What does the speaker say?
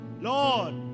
Lord